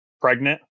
pregnant